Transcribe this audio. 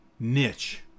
Niche